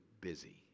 busy